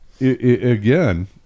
again